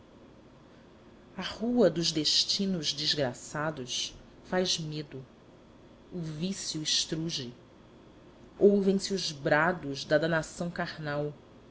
rua dos destinos desgraçados faz medo o vício estruge ouvem-se os brados da danação carnal